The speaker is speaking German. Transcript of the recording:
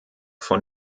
von